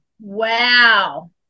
wow